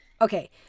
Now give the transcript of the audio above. Okay